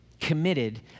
committed